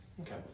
Okay